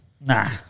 Nah